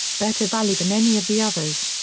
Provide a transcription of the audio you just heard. better value than any of the others.